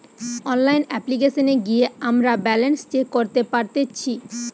online অপ্লিকেশনে গিয়ে আমরা ব্যালান্স চেক করতে পারতেচ্ছি